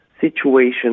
situation